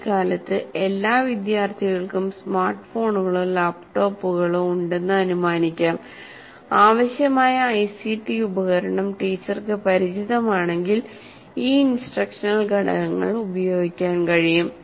ഈ കാലത്ത് എല്ലാ വിദ്യാർത്ഥികൾക്കും സ്മാർട്ട്ഫോണുകളോ ലാപ്ടോപ്പുകളോ ഉണ്ടെന്ന് അനുമാനിക്കാം ആവശ്യമായ ഐസിടി ഉപകരണം ടീച്ചർക്ക് പരിചിതമാണെങ്കിൽ ഈ ഇൻസ്ട്രക്ഷണൽ ഘടകങ്ങൾ ഉപയോഗിക്കാൻ കഴിയും